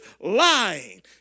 lying